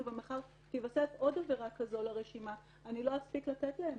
ומחר תתווסף עוד עבירה כזאת לרשימה ואני לא אספיק לתת להם.